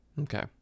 Okay